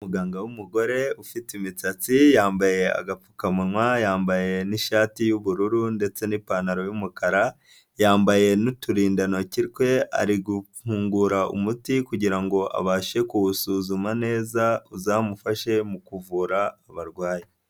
Umuganga wumugore ufite imisatsi, yambaye agapfukamunwa, yambaye n'ishati y'ubururu ndetse n'ipantaro y'umukara, yambaye n'uturindantoki twe ari gufungura umuti kugira ngo abashe kuwusuzuma neza uzamufashe mu kuvura abarwayi.